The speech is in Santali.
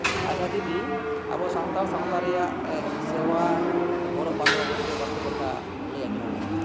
ᱟᱪᱪᱷᱟ ᱫᱤᱫᱤ ᱟᱵᱚ ᱥᱟᱱᱛᱟᱲ ᱥᱟᱶᱛᱟ ᱨᱮᱭᱟᱜᱥᱮᱨᱣᱟ ᱦᱚᱨᱚᱜ ᱵᱟᱸᱫᱮ ᱵᱟᱵᱚᱛ ᱛᱮ ᱵᱟᱨᱯᱮ ᱠᱟᱛᱷᱟ ᱞᱟᱹᱭ ᱟᱸᱡᱚᱢ ᱟᱵᱚᱱ ᱢᱮᱥᱮ